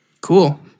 Cool